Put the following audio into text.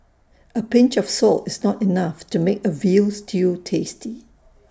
A pinch of salt is not enough to make A Veal Stew tasty